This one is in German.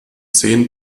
zehn